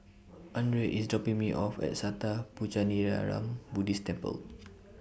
Andrae IS dropping Me off At Sattha Puchaniyaram Buddhist Temple